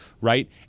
right